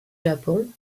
japon